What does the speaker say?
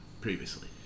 Previously